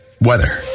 Weather